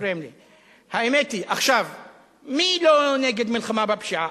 מי לא נגד מלחמה בפשיעה?